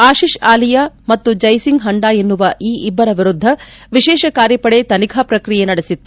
ಆಶಿಷ್ ಆಲಿಯಾ ಮತ್ತು ಜೈಸಿಂಗ್ ಹಂಡಾ ಎನ್ನುವ ಈ ಇಬ್ಬರ ವಿರುದ್ದ ವಿಶೇಷ ಕಾರ್ಯಪಡೆ ತನಿಖಾ ಪ್ರಕ್ರಿಯೆಯನ್ನು ನಡೆಸಿತ್ತು